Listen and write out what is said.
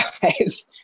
guys